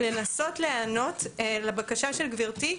לנסות להיענות לבקשה של גברתי,